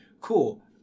cool